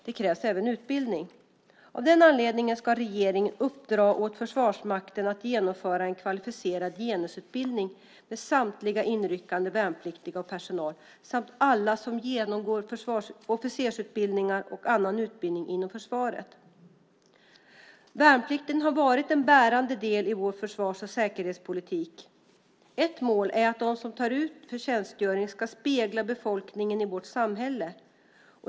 Det krävs även utbildning. Av den anledningen ska regeringen uppdra åt Försvarsmakten att genomföra en kvalificerad genusutbildning med samtliga inryckande värnpliktiga och personal samt alla som genomgår officersutbildningar och annan utbildning inom försvaret. Värnplikten har varit en bärande del i vår försvars och säkerhetspolitik. Ett mål är att de som tas ut för tjänstgöring ska spegla befolkningen i vårt samhälle.